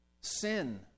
Sin